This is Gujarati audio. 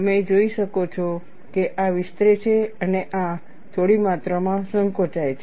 તમે જોઈ શકો છો કે આ વિસ્તરે છે અને આ થોડી માત્રામાં સંકોચાય છે